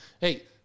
Hey